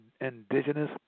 Indigenous